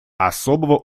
особого